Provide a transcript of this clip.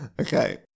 Okay